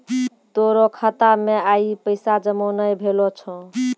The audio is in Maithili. तोरो खाता मे आइ पैसा जमा नै भेलो छौं